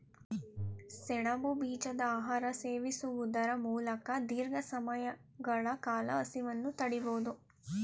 ಸೆಣಬು ಬೀಜದ ಆಹಾರ ಸೇವಿಸುವುದರ ಮೂಲಕ ದೀರ್ಘ ಸಮಯಗಳ ಕಾಲ ಹಸಿವನ್ನು ತಡಿಬೋದು